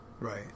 right